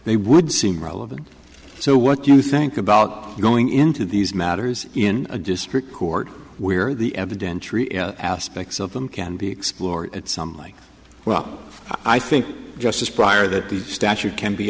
they would seem relevant so what do you think about going into these matters in a district court where the evidentiary aspects of them can be explored at some like well i think just as prior that the statute can be